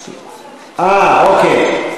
אוקיי.